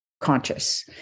conscious